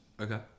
Okay